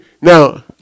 Now